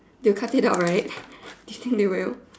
they will cut it out right do you think they will